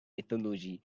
mythology